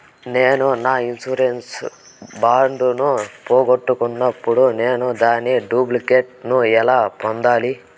నేను నా insurance bond ను పోగొట్టుకున్నప్పుడు నేను దాని డూప్లికేట్ ను ఎలా పొందాలి?